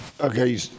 Okay